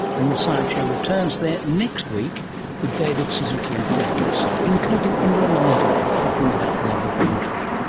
and the science show returns there next week with david suzuki and friends, including indira naidoo, talking about love of country.